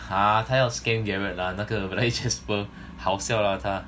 !huh! 他要 scam gerard lah 那个 bloody jasper 好笑 lah 他